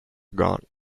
gone